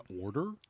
order